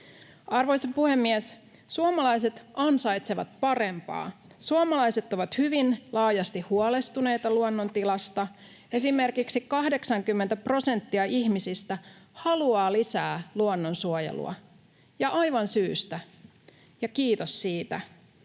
Arvoisa puhemies! Suomalaiset ansaitsevat parempaa. Suomalaiset ovat hyvin laajasti huolestuneita luonnontilasta — esimerkiksi 80 prosenttia ihmisistä haluaa lisää luonnonsuojelua, ja aivan syystä, ja kiitos siitä.